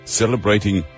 celebrating